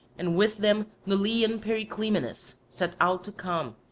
and with them neleian periclymenus set out to come,